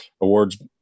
awards